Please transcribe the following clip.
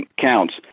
counts